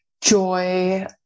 joy